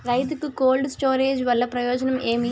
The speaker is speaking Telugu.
రైతుకు కోల్డ్ స్టోరేజ్ వల్ల ప్రయోజనం ఏమి?